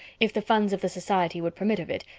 if the funds of the society would permit of it.